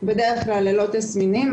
בדרך כלל ללא תסמינים,